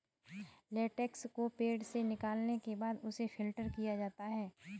latex को पेड़ से निकालने के बाद उसे फ़िल्टर किया जाता है